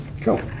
Cool